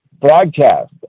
broadcast